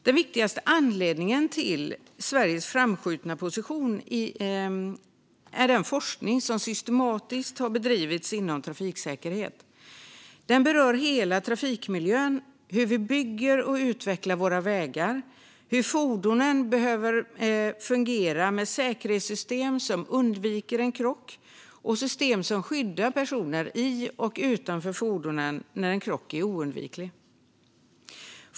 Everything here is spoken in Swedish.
Den viktigaste anledningen till Sveriges framskjutna position är den forskning som systematiskt bedrivits inom trafiksäkerhet. Den berör hela trafikmiljön, hur vi bygger och utvecklar våra vägar och hur fordonen behöver fungera med säkerhetssystem som undviker en krock och system som skyddar personer i och utanför fordonen när en krock är oundviklig.